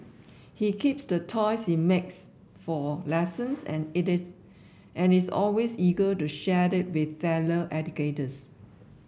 he keeps the toys he makes for lessons and it is and is always eager to share it with fellow educators